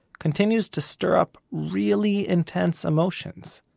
continues to stir up really intense emotions,